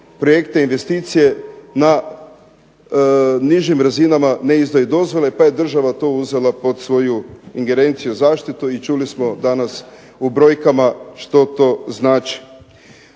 projekte i investicije na nižim razinama ne izdaju dozvole, pa je država to uzela pod svoju ingerenciju, zaštitu, i čuli smo danas u brojkama što to znači.